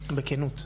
בכנות.